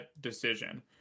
decision